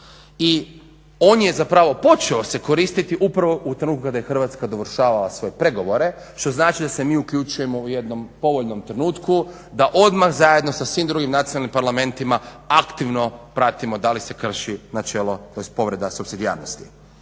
I on je zapravo počeo se koristiti upravo u trenutku kada je Hrvatska dovršavala svoje pregovore što znači da se mi uključujemo u jednom povoljnom trenutku, da odmah zajedno sa svim drugim nacionalnim parlamentima aktivno pratimo da li se krši načelo tj. povreda supsidijarnosti.